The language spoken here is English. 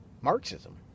Marxism